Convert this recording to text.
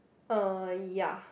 uh ya